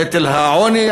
נטל העוני,